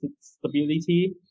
stability